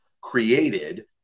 created